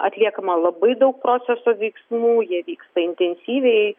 atliekama labai daug proceso veiksmų jie vyksta intensyviai